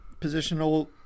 positional